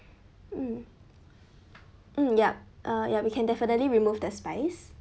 mm mm yup uh yup we can definitely remove the spice